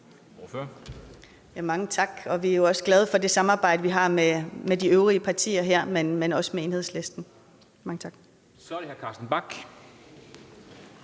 Mange tak. Vi er også glade for det samarbejde, vi har med de øvrige partier her, herunder samarbejdet med Enhedslisten. Kl.